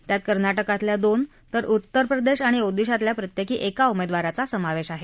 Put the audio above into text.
त्यात कर्नाटकातल्या दोन तर उत्तरप्रदेश आणि ओदिशातल्या प्रत्येकी एका उमेदवाराचा समावेश आहे